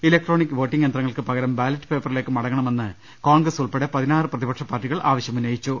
electronic voting യന്ത്രങ്ങൾക്ക് പകരം ballot പേപ്പറിലേക്ക് മടങ്ങണമെന്ന് കോൺഗ്രസ് ഉൾപ്പെടെ ആറ് പ്രതിപക്ഷ പാർട്ടികൾ ആവശ്യപ്പെട്ടു